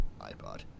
iPod